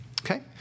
okay